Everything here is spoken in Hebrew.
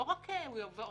זה לא עובר רק לבתי הספר.